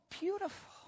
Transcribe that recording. beautiful